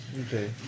Okay